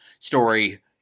Story